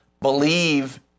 Believe